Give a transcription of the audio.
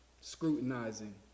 scrutinizing